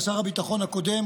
שר הביטחון הקודם,